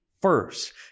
First